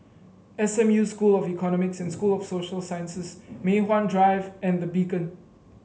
S M U School of Economics and School of Social Sciences Mei Hwan Drive and The Beacon